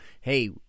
Hey